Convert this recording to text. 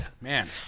Man